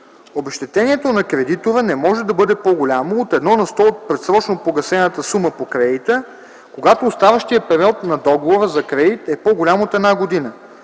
Обезщетението на кредитора не може да бъде по-голямо от 1 на сто от предсрочно погасената сума по кредита, когато оставащият период на договора за кредит е по-голям от една година.